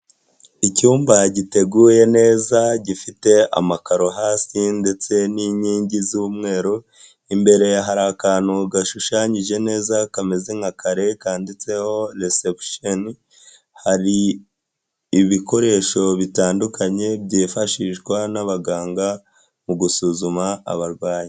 Icyumba giteguye neza gifite amakaro hasi ndetse n'inkingi z'umweru, imbere hari akantu gashushanyije neza kameze nka kare kanditseho resepusheni, hari ibikoresho bitandukanye byifashishwa n'abaganga mu gusuzuma abarwayi.